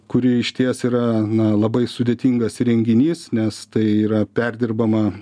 kuri išties yra na labai sudėtingas įrenginys nes tai yra perdirbama